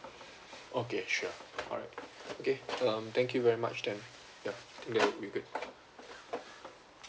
okay sure alright okay um thank you very much then ya think that will be great